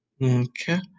Okay